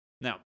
Now